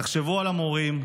תחשבו על המורים,